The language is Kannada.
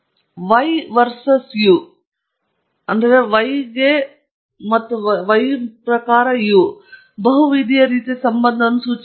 ನಮಗೆ ನೀಡಲಾಗಿದೆ ಎಂದು ತಿಳಿಯೋಣ ನಿಮಗೆ ಕೊಡಲಾಗದಿದ್ದರೂ y versus u ಯ ಕಥಾವಸ್ತುವನ್ನು ನನಗೆ ಹೇಳುತ್ತದೆ ಅಥವಾ ಬಹುವಿಧೀಯ ರೀತಿಯ ಸಂಬಂಧವನ್ನು ಸೂಚಿಸುತ್ತದೆ